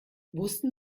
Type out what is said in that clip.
wussten